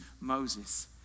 Moses